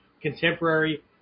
Contemporary